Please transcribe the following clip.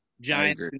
Giants